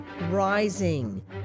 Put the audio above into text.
rising